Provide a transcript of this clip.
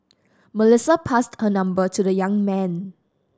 Melissa passed her number to the young man